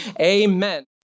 amen